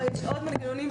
לא, יש עוד מנגנונים.